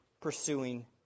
pursuing